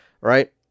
right